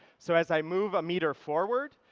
so as i move a meter forward,